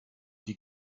die